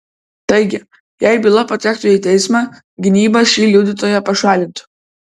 taigi jei byla patektų į teismą gynyba šį liudytoją pašalintų